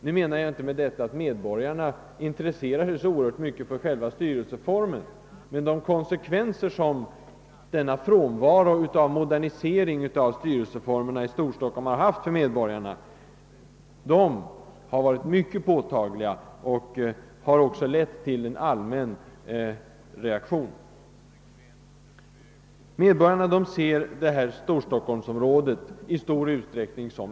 Jag menar inte att dessa intresserar sig så oerhört mycket för själva indelningsfrågorna, men de konsekvenser, som frånvaron av modernisering av styrelseformerna i Storstockholm haft för medborgarna, har varit mycket påtagliga och lett till en allmän reaktion. Medborgarna betraktar i stor utsträckning stockholmsområdet som en enhet.